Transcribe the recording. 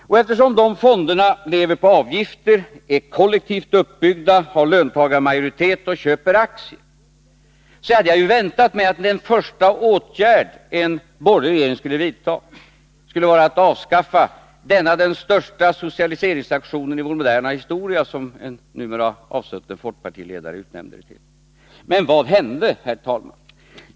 Och eftersom de fonderna lever på avgifter, är kollektivt uppbyggda, har löntagarmajoritet och köper aktier, hade jag ju väntat mig att den första åtgärd som den borgerliga regeringen skulle vidta skulle vara att omintetgöra denna den största socialiseringsaktionen i vår moderna historia, som en numera avsutten folkpartiledare utnämnde det till. Men vad hände, herr talman?